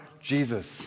Jesus